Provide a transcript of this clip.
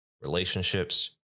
relationships